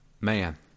man